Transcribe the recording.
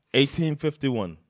1851